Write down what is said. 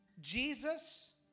Jesus